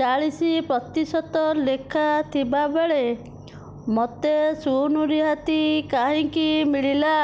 ଚାଳିଶି ପ୍ରତିଶତ ଲେଖା ଥିବାବେଳେ ମୋତେ ଶୂନ ରିହାତି କାହିଁକି ମିଳିଲା